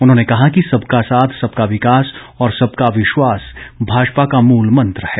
उन्होंने कहा कि सबका साथ सबका विकास और सबका विश्वास भाजपा का मूल मंत्र है